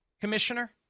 commissioner